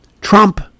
Trump